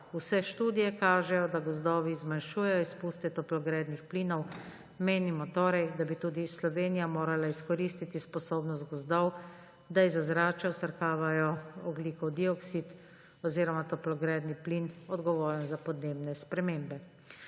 Vse študije kažejo, da gozdovi zmanjšujejo izpuste toplogrednih plinov. Menimo torej, da bi tudi Slovenija morala izkoristiti sposobnost gozdov, da iz ozračja vsrkavajo ogljikov dioksid oziroma toplogredni plin, odgovoren za podnebne spremembe.